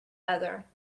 other